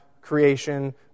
creation